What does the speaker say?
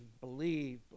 believe